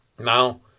Now